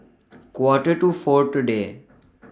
Quarter to four today